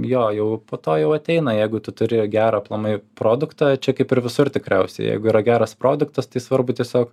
jo jau po to jau ateina jeigu tu turi gerą aplamai produktą čia kaip ir visur tikriausiai jeigu yra geras produktas tai svarbu tiesiog